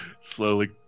slowly